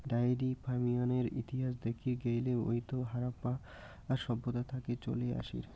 diary ফার্মিংয়ের ইতিহাস দেখির গেইলে ওইতো হারাপ্পা সভ্যতা থাকি চলি আসির